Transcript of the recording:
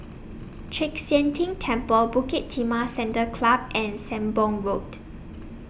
Chek Sian Tng Temple Bukit Timah Saddle Club and Sembong Road